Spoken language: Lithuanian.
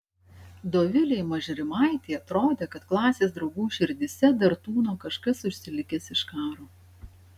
dovilei mažrimaitei atrodė kad klasės draugų širdyse dar tūno kažkas užsilikęs iš karo